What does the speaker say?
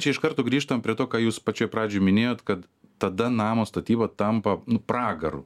čia iš karto grįžtam prie to ką jūs pačioj pradžioj minėjot kad tada namo statyba tampa pragaru